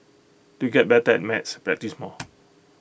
to get better at maths practise more